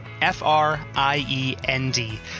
F-R-I-E-N-D